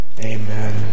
Amen